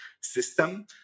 system